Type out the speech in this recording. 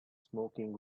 smoking